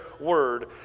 word